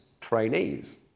trainees